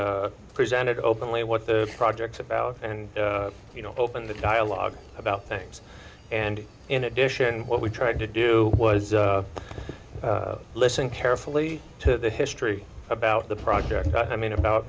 and presented openly what the project about and you know open the dialogue about things and in addition what we tried to do was listen carefully to the history about the project i mean about